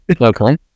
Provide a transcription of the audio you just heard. Okay